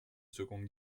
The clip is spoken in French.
seconde